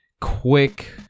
quick